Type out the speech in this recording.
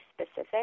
specific